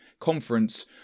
Conference